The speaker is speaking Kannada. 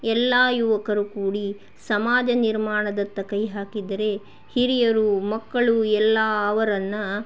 ಎಲ್ಲ ಯುವಕರು ಕೂಡಿ ಸಮಾಜ ನಿರ್ಮಾಣದತ್ತ ಕೈ ಹಾಕಿದರೆ ಹಿರಿಯರು ಮಕ್ಕಳು ಎಲ್ಲ ಅವರನ್ನು